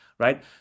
right